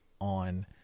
on